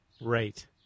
right